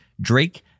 Drake